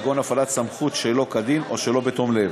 כגון הפעלת סמכות שלא כדין או שלא בתום לב.